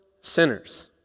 sinners